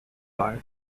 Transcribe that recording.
bark